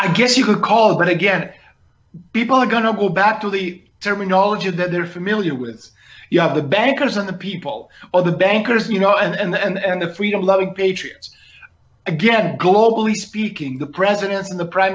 i guess you could call it but again people are going to go back to the terminology that they're familiar with you have the bankers and the people on the bankers you know and the freedom loving patriots again globally speaking the presidents and the prime